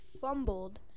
fumbled